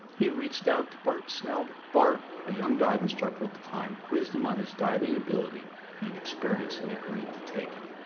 he reached out to bart snelder bart, a young dive instructor at the time, quizzed him on his diving ability and experience and agreed to take him.